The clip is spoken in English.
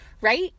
Right